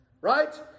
Right